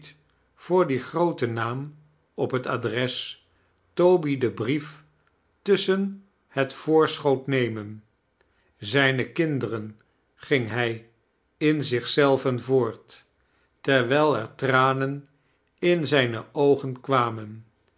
voor dien grooten naam op het adres toby den brief tusschen het voorschoot nemen zijne kinderen ging hij in zich zelven voort terwijl er tranen in zijne oogen kwamen